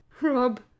Rob